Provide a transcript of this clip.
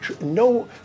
no